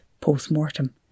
post-mortem